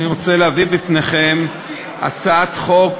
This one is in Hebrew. אני רוצה להביא בפניכם הצעת חוק